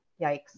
Yikes